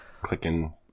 clicking